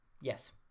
Yes